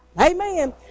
Amen